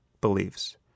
beliefs